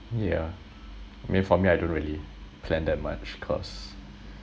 yeah I mean for me I don't really plan that much cause